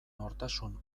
nortasun